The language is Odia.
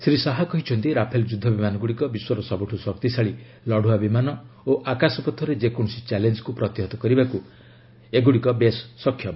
ଶ୍ରୀ ଶାହା କହିଛନ୍ତି ରାଫେଲ୍ ଯୁଦ୍ଧ ବିମାନଗୁଡ଼ିକ ବିଶ୍ୱର ସବୁଠୁ ଶକ୍ତିଶାଳୀ ଲଢୁଆ ବିମାନ ଓ ଆକାଶପଥରେ ଯେକୌଣସି ଚ୍ୟାଲେଞ୍ଜକୁ ପ୍ରତିହତ କରିବାକୁ ଏହା ବେଶ୍ ସକ୍ଷମ